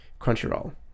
Crunchyroll